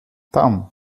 tam